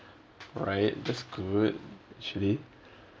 alright that's good actually